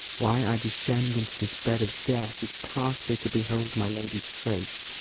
why i descend into this bed of death is partly to behold my lady's face,